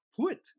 put